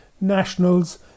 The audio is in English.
nationals